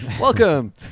welcome